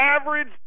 average